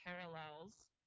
parallels